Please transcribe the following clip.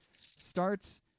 starts